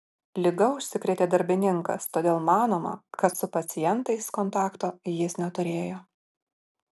liga užsikrėtė darbininkas todėl manoma kad su pacientais kontakto jis neturėjo